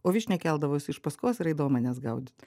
o vyšnia keldavosi iš paskos ir eidavo manęs gaudyti